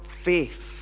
faith